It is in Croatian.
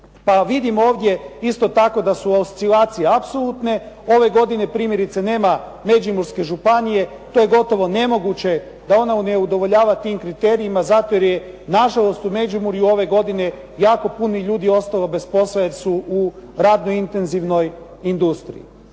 vidim ovdje isto tako da su oscilacije apsolutne. Ove godine primjerice nema Međimurske županije, to je gotovo nemoguće da ona ne udovoljava tim kriterijima zato jer je nažalost u Međimurju ove godine jako puno ljudi ostalo bez posla jer su u radno intenzivnoj industriji.